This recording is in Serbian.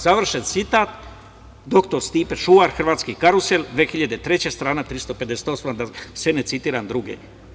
Završen citat, doktor Stipe Šuvar, Hrvatski karusel, 2003. godine, strana 358, da sad ne citiram druge.